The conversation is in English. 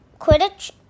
Quidditch